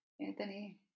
Anthony